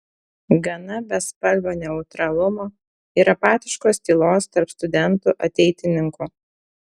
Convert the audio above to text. gana bespalvio neutralumo ir apatiškos tylos tarp studentų ateitininkų